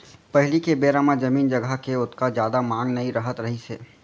पहिली के बेरा म जमीन जघा के ओतका जादा मांग नइ रहत रहिस हे